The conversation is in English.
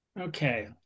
Okay